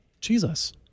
jesus